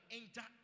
enter